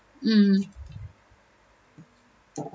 mm